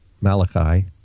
Malachi